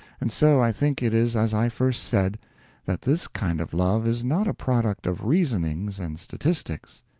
and so i think it is as i first said that this kind of love is not a product of reasonings and statistics.